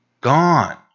Gone